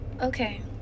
Okay